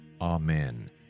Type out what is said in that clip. Amen